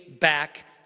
back